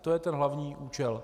To je ten hlavní účel.